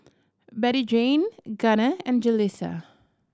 Bettyjane Gunner and Jalissa